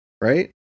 right